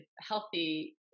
healthy